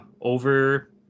over